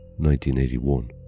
1981